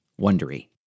wondery